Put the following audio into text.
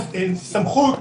אין סמכות.